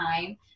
time